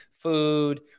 Food